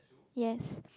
yes